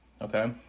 okay